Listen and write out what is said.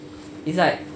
it's like